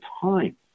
time